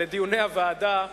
לדיוני הוועדה,